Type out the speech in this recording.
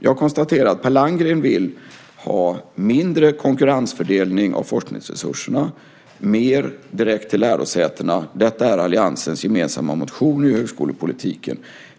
Jag konstaterar att Per Landgren vill ha mindre konkurrensfördelning av forskningsresurserna och mer direkt till lärosätena. Detta framgår av alliansens gemensamma motion om högskolepolitiken.